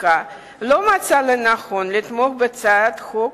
חקיקה לא מצאה לנכון לתמוך בהצעת חוק